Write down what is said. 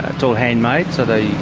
ah it's all handmade so the